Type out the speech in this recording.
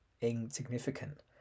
insignificant